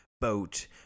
boat